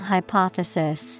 Hypothesis